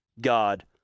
God